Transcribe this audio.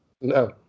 No